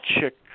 chick